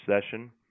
session